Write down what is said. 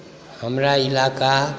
हमरा इलाका